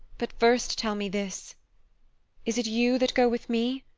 but first tell me this is it you that go with me,